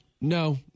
No